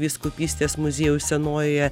vyskupystės muziejaus senojoje